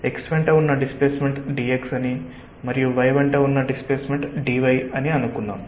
x వెంట ఉన్న displacement dx అని మరియు y వెంట ఉన్న డిస్ప్లేస్మెంట్ dy అని అనుకుందాం